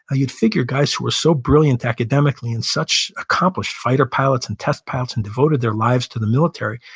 you'd figure guys who were so brilliant academically and such accomplished fighter pilots and test pilots and devoted their lives to the military,